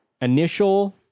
initial